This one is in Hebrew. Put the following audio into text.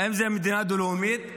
האם זה מדינה דו-לאומית?